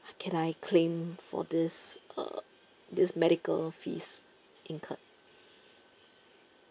can I claim for this uh this medical fees incurred